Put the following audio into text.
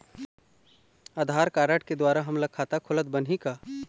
आधार card के द्वारा हमन ला खाता खोलत बनही का?